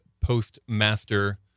postmaster